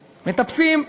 מטפסים,